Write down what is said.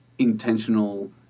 intentional